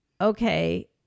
okay